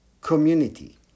community